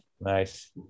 Nice